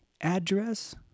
address